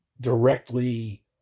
directly